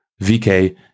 vk